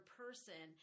person